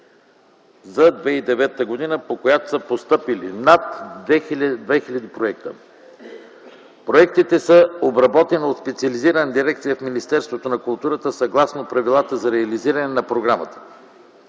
за 2009 г., по която са постъпили над 2000 проекта. Проектите са обработени от специализирана дирекция в Министерството на културата съгласно правилата за реализиране на програмата.